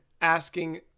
asking